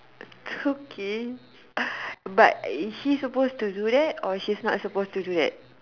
okay but is he suppose to do that or is he not suppose to do that